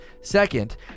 second